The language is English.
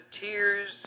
tears